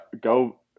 Go